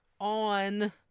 on